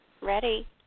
Ready